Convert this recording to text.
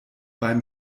beim